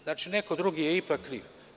Znači, neko drugi je ipak kriv.